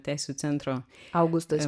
teisių centro augustas